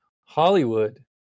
Hollywood